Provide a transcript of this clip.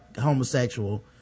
homosexual